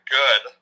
good